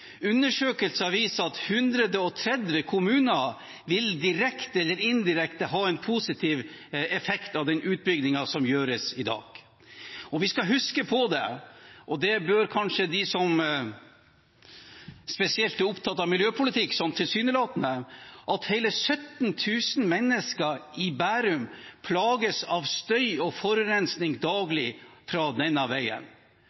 Undersøkelser viser at 130 kommuner direkte eller indirekte vil ha en positiv effekt av den utbyggingen som gjøres i dag. Vi skal huske på det, og det bør kanskje de som tilsynelatende er spesielt opptatt av miljøpolitikk, at hele 17 000 mennesker i Bærum plages av støy og forurensning